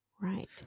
Right